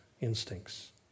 instincts